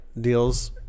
deals